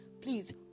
Please